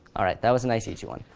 all right, that was a nice easy one.